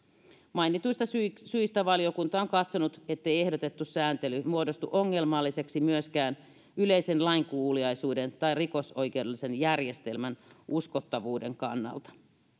mainituista syistä syistä valiokunta on katsonut ettei ehdotettu sääntely muodostu ongelmalliseksi myöskään yleisen lainkuuliaisuuden tai rikosoikeudellisen järjestelmän uskottavuuden kannalta